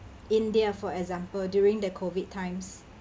india for example during their COVID times